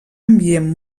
ambient